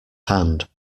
hand